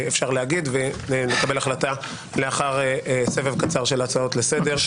אפשר להגיד ונקבל החלטה לאחר סבב קצר של הצעות לסדר.